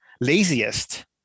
laziest